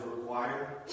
required